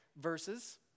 verses